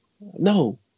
No